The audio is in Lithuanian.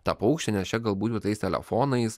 tą paukštį nes čia galbūt tais telefonais